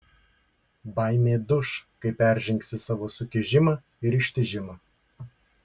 baimė duš kai peržengsi savo sukiužimą ir ištižimą